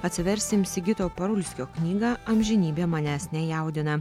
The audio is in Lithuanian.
atsiversim sigito parulskio knygą amžinybė manęs nejaudina